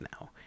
now